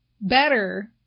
better